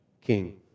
king